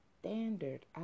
standard